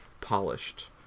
Polished